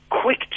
quick